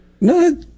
No